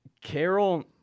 Carol